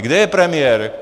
Kde je premiér?